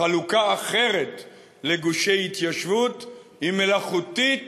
חלוקה אחרת לגושי התיישבות היא מלאכותית